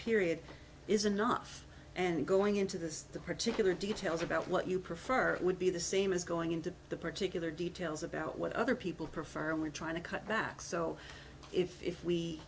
period is enough and going into this the particular details about what you prefer would be the same as going into the particular details about what other people prefer and we try to cut back so if